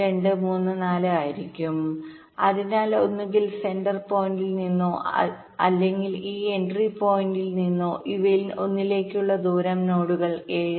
ആയിരിക്കും അതിനാൽ ഒന്നുകിൽ സെന്റർ പോയിന്റിൽ നിന്നോ അല്ലെങ്കിൽ ഈ എൻട്രി പോയിന്റിൽനിന്നോ ഇവയിൽ ഓരോന്നിലേക്കുള്ള ദൂരം നോഡുകൾ 7